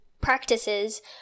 practices